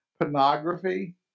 pornography